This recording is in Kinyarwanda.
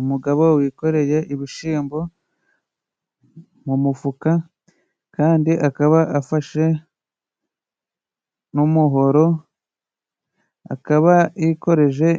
Umugabo wikoreye ibishimbo mu mufuka, kandi akaba afashe n'umuhoro, akaba yikoreje